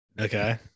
Okay